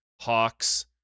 hawks